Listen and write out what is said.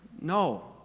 No